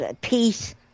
peace